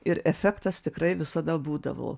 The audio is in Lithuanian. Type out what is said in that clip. ir efektas tikrai visada būdavo